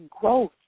growth